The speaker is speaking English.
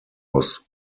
was